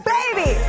baby